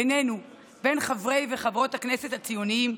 בינינו, בין חברי וחברות הכנסת הציונים,